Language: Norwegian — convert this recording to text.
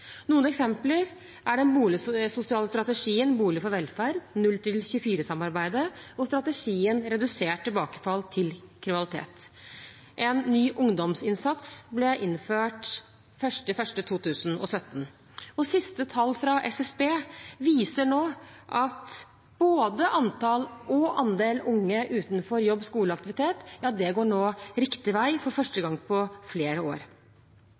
Noen eksempler er den boligsosiale strategien Bolig for velferd, 0–24-samarbeidet og strategien Redusert tilbakefall til ny kriminalitet. En ny ungdomsinnsats ble innført 1. januar 2017. De siste tallene fra Statistisk sentralbyrå viser at både antall og andel unge utenfor jobb, skole og aktivitet nå går riktig vei for første gang på flere år.